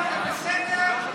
להתיז רעל על בני אדם זה בסדר,